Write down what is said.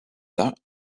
that